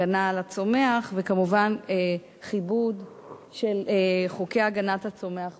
הגנת הצומח, וכמובן כיבוד חוקי הגנת הצומח בעולם.